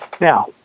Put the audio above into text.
Now